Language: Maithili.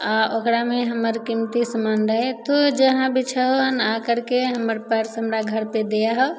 आओर ओकरामे हमर कीमती सामान रहय तू जहाँ भी छओ ने आ करके हमर पर्स हमर घरपर दे आहऽ